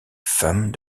femme